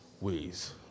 ways